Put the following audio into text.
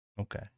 Okay